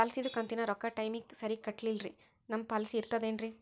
ಪಾಲಿಸಿದು ಕಂತಿನ ರೊಕ್ಕ ಟೈಮಿಗ್ ಸರಿಗೆ ಕಟ್ಟಿಲ್ರಿ ನಮ್ ಪಾಲಿಸಿ ಇರ್ತದ ಏನ್ರಿ?